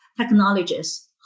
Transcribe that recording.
technologies